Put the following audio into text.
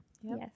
Yes